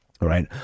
right